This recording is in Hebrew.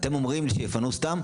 אתם אומרים שיפנו סתם,